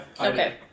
Okay